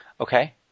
Okay